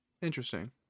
Interesting